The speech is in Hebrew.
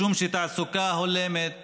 משום שתעסוקה הולמת